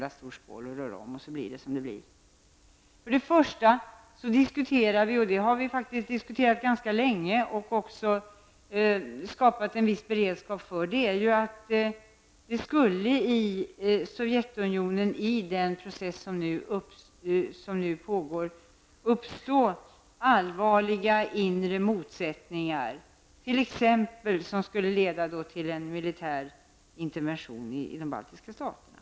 Därefter rör vi om, och då blir det som det blir. Men för det första diskuterar vi följande, och detta har vi faktiskt diskuterat ganska länge och också skapat en viss beredskap för: Det skulle alltså i Sovjetunionen i den process som nu pågår kunna uppstå allvarliga hinder och motsättningar t.ex. som kunde leda till en militär intervention i de baltiska staterna.